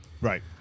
Right